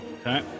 Okay